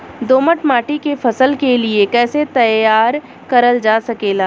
दोमट माटी के फसल के लिए कैसे तैयार करल जा सकेला?